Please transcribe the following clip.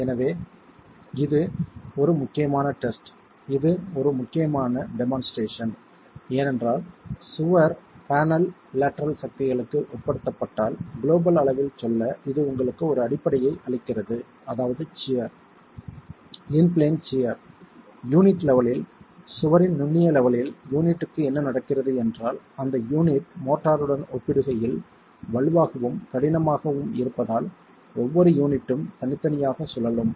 எனவே இது ஒரு முக்கியமான டெஸ்ட் இது ஒரு முக்கியமான டெமோன்ஸ்ட்ரஷன் ஏனென்றால் சுவர் பேனல் லேட்டரல் சக்திகளுக்கு உட்படுத்தப்பட்டால் குளோபல் அளவில் சொல்ல இது உங்களுக்கு ஒரு அடிப்படையை அளிக்கிறது அதாவது shear in plane shear unit லெவெலில் சுவரின் நுண்ணிய லெவெலில் யூனிட்க்கு என்ன நடக்கிறது என்றால் அந்த யூனிட் மோர்டருடன் ஒப்பிடுகையில் வலுவாகவும் கடினமாகவும் இருப்பதால் ஒவ்வொரு யூனிட்ம் தனித்தனியாக சுழலும்